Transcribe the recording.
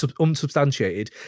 unsubstantiated